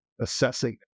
assessing